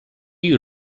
you